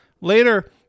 later